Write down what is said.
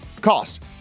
Cost